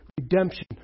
redemption